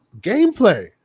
gameplay